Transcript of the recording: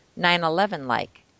9-11-like